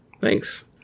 Thanks